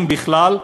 אם בכלל,